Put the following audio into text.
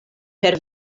per